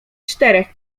czterech